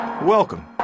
Welcome